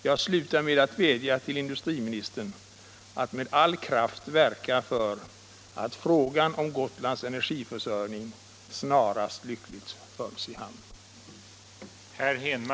Jag slutar med att vädja till industriministern att med all kraft verka för att frågan om Gotlands energiförsörjning snarast lyckligt förs i hamn.